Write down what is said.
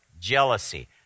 jealousy